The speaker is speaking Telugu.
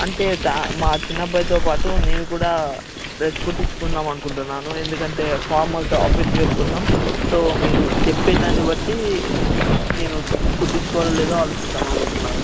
అంటే తా మా చిన్నబ్బాయితో పాటు నేను కూడా డ్రెస్ కుట్టించుకుందాం అనుకుంటున్నాను ఎందుకంటే ఫార్మల్స్ ఆఫీస్ వేర్ కోసం సో మీరు చెప్పే దాన్ని బట్టి నేను కుట్టించుకోవాల లేదా ఆలోచిద్దాం అనుకుంటున్నాను